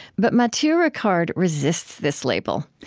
but matthieu ricard resists this label.